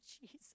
Jesus